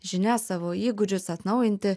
žinias savo įgūdžius atnaujinti